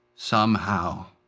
somehow,